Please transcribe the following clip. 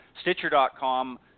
Stitcher.com